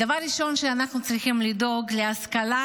דבר ראשון שאנחנו צריכים לדאוג לו זה להשכלה